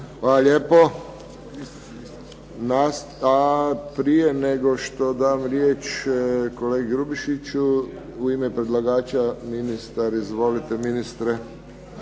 Hvala lijepo. Prije nego što dam riječ kolegi Grubišiću, u ime predlagača ministar. Ministre